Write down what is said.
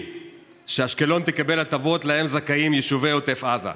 בפומבי שאשקלון תקבל הטבות שלהם זכאים יישובי עוטף עזה.